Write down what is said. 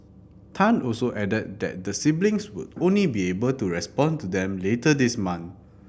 Tan also added that the siblings would only be able to respond to them later this month